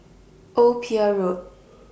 Old Pier Road